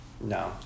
No